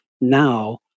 now